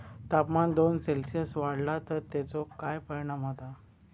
तापमान दोन सेल्सिअस वाढला तर तेचो काय परिणाम होता?